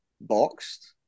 boxed